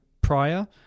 prior